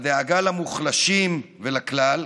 הדאגה למוחלשים ולכלל,